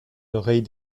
l’oreille